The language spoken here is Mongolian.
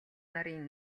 нарын